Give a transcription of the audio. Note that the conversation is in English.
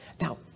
Now